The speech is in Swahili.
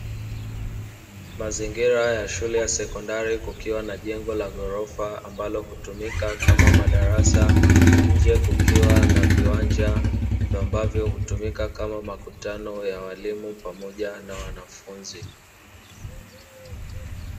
Mazingira ya shule ya sekondari, kukiwa na jengo la ghorofa ambalo hutumika kama madarasa, nje kukiwa na viwanja ambavyo hutumika kama makutano ya walimu pamoja na wanafunzi.